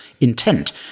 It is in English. intent